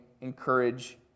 encourage